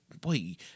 boy